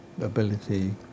ability